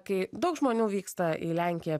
kai daug žmonių vyksta į lenkiją